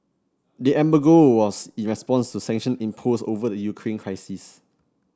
the embargo was in response to sanction imposed over the Ukraine crisis